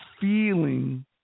feeling